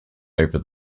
over